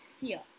fear